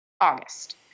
August